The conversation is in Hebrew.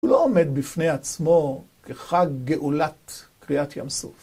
הוא לא עומד בפני עצמו כחג גאולת קריעת ים סוף.